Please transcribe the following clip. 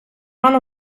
рано